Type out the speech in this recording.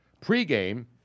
pregame